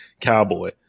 cowboy